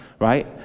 Right